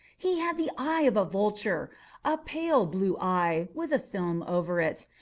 he had the eye of a vulture a pale blue eye, with a film over it.